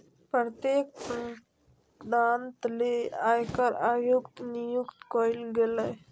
प्रत्येक प्रांत ले आयकर आयुक्त नियुक्त कइल गेलय